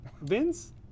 Vince